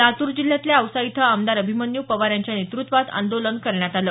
लातूर जिल्ह्यातल्या औसा इथं आमदार अभिमन्यू पवार यांच्या नेतृत्वात आंदोलन करण्यात आलं